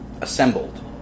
assembled